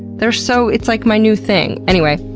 they're so. it's, like, my new thing. anyway.